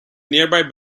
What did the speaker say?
nearby